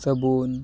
ᱥᱟᱹᱵᱩᱱ